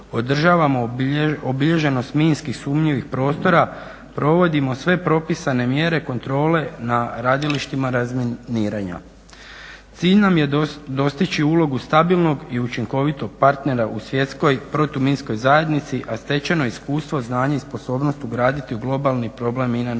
održavamo obilježenost minskih sumnjivih prostora, provodimo sve propisane mjere, kontrole na radilištima razminiranja. Cilj nam je dostići ulogu stabilnog i učinkovitog partera u svjetskoj protuminskoj zajednici a stečeno iskustvo, znanje i sposobnost ugraditi u globalni problem mine u svijetu.